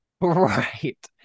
Right